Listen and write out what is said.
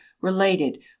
related